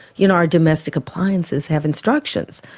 you know our domestic appliances have instructions,